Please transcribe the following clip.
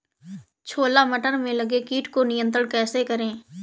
छोला मटर में लगे कीट को नियंत्रण कैसे करें?